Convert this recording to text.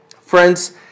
Friends